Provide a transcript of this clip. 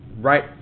right